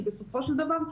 בסופו של דבר,